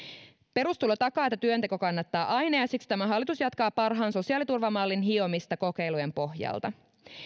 perustulo takaa että työnteko kannattaa aina ja siksi tämä hallitus jatkaa parhaan sosiaaliturvamallin hiomista kokeilujen pohjalta